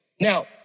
Now